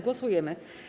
Głosujemy.